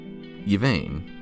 Yvain